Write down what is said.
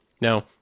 Now